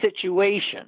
situation